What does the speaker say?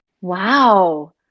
Wow